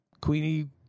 Queenie